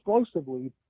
explosively